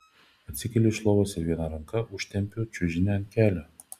atsikeliu iš lovos ir viena ranka užtempiu čiužinį ant kelio